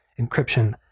encryption